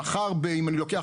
מחר אם אני לוקח,